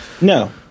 No